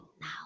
now